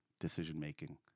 decision-making